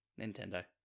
Nintendo